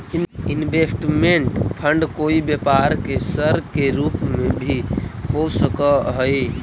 investment fund कोई व्यापार के सर के रूप में भी हो सकऽ हई